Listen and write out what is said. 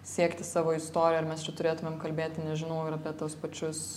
siekti savo istoriją ar mes čia turėtumėm kalbėti nežinau ir apie tuos pačius